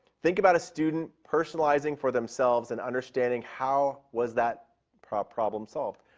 think about a student personalizing for themselves and understanding how was that problem problem solved.